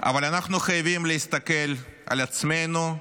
אבל אנחנו חייבים להסתכל על עצמנו,